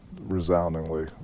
resoundingly